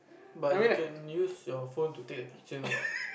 but you can use your phone to take a picture what